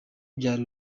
byari